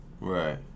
Right